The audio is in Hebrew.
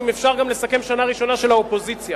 אם אפשר גם לסכם שנה ראשונה של האופוזיציה,